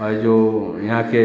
और ये जो यहाँ के